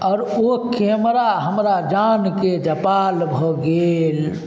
आओर ओ कैमरा हमरा जानके जपाल भऽ गेल